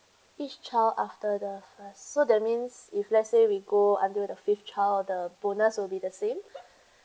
each child after the first so that means if let's say we go until the fifth child the bonus will be the same